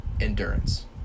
endurance